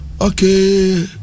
Okay